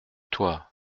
toi